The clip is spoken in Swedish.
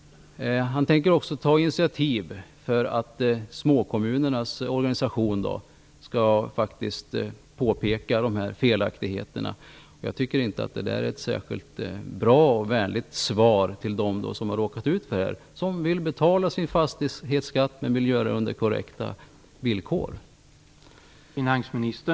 Han tänker också ta initiativ för att småkommunernas organisation skall påpeka dessa felaktigheter. Jag tycker inte att det här är ett särskilt bra och vänligt svar till dem som drabbats och som vill betala sin fastighetsskatt men på korrekta villkor.